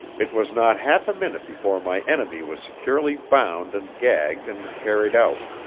it was not half a minute before my enemy was securely bound and gagged and carried out.